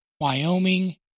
Wyoming